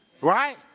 right